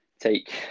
take